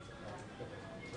בשלב הראשון